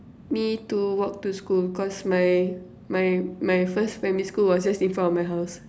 me to walk to school cause my my my first primary school was just in front of my house